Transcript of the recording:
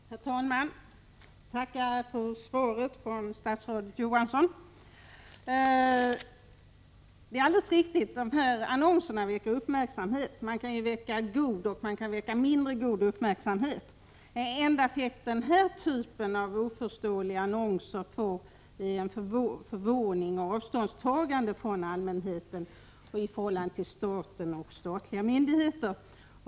Herr talman! Jag tackar för svaret från statsrådet Johansson. Det är riktigt att dessa annonser väcker uppmärksamhet, men man kan ju väcka såväl god som mindre god uppmärksamhet. Den enda effekt som den här typen av oförståeliga annonser ger är förvåning och avståndstagande från allmänheten i förhållande till staten och statliga myndigheter.